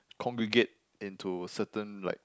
congregate into certain like